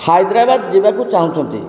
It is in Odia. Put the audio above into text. ହାଇଦ୍ରାବାଦ ଯିବାକୁ ଚାହୁଁଛନ୍ତି